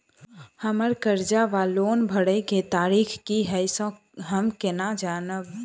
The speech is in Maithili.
हम्मर कर्जा वा लोन भरय केँ तारीख की हय सँ हम केना जानब?